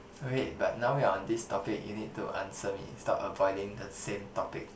wait but now we are on this topic you need to answer me stop avoiding the same topic